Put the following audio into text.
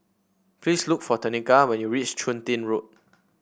please look for Tenika when you reach Chun Tin Road